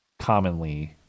commonly